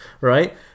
Right